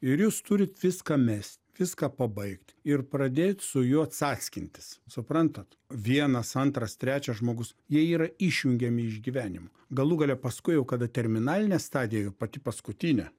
ir jūs turit viską mest viską pabaigt ir pradėt su juo cackintis suprantat vienas antras trečias žmogus jie yra išjungiami iš gyvenimo galų gale paskui jau kada terminalinė stadija jau pati paskutinė